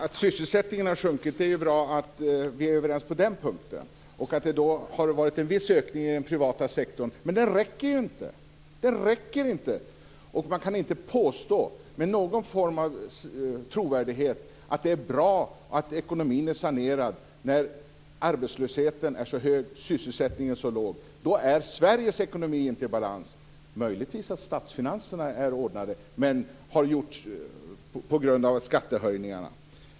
Fru talman! Det är bra att vi är överens om att sysselsättningen har sjunkit. Det har varit en viss ökning i den privata sektorn, men det räcker ju inte! Och man kan inte påstå med någon form av trovärdighet att det är bra och att ekonomin är sanerad när arbetslösheten är så hög och sysselsättningen så låg. Då är Sveriges ekonomi inte i balans. Möjligtvis är statsfinanserna ordnade, men i så fall på grund av skattehöjningarna.